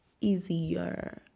easier